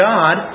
God